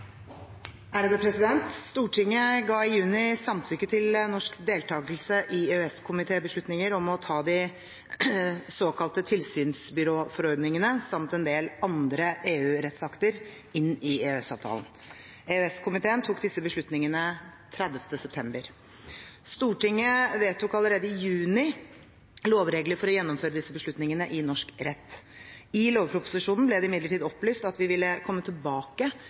Stortinget ga i juni samtykke til norsk deltagelse i EØS-komitébeslutninger om å ta de såkalte tilsynsbyråforordningene samt en del andre EU-rettsakter inn i EØS-avtalen. EØS-komiteen tok disse beslutningene 30. september. Stortinget vedtok allerede i juni lovregler for å gjennomføre disse beslutningene i norsk rett. I lovproposisjonen ble det imidlertid opplyst at vi ville komme tilbake